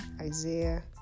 Isaiah